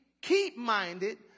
keep-minded